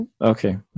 okay